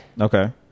Okay